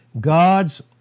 God's